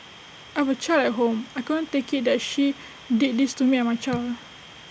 I would child at home I couldn't take IT that she did this to me and my child